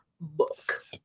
book